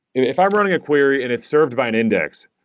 if i'm running a query and it's served by an index,